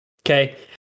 Okay